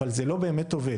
אבל זה לא באמת עובד,